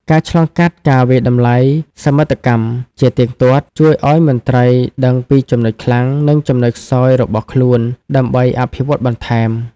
ការឆ្លងកាត់ការវាយតម្លៃសមិទ្ធកម្ម ជាទៀងទាត់ ជួយឱ្យមន្ត្រីដឹងពីចំណុចខ្លាំង និងចំណុចខ្សោយរបស់ខ្លួនដើម្បីអភិវឌ្ឍបន្ថែម។